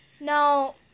Now